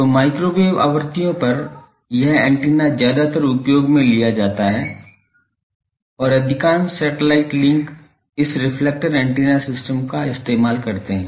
तो माइक्रोवेव आवृत्तियों पर यह एंटीना ज्यादातर उपयोग में लिया जाता है और अधिकांश सैटेलाइट लिंक इस रिफ्लेक्टर एंटीना सिस्टम का उपयोग करते हैं